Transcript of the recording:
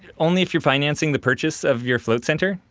only if you're financing the purchase of your float center,